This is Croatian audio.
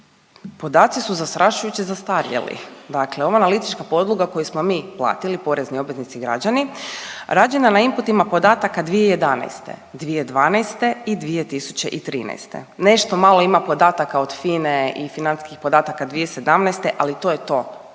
podaci su zastrašujuće zastarjeli. Dakle, ova analitička podloga koju smo mi platili, porezni obveznici građani rađena je na inputima podataka 2011., 2012. i 2013. nešto malo ima podataka od FINE i financijskih podataka 2017., ali to je to za